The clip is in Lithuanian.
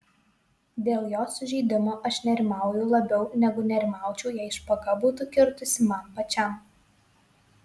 dėl jo sužeidimo aš nerimauju labiau negu nerimaučiau jei špaga būtų kirtusi man pačiam